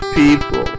people